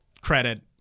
credit